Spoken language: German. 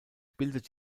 bildet